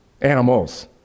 Animals